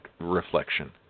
reflection